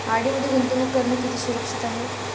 RD मध्ये गुंतवणूक करणे किती सुरक्षित आहे?